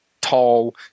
tall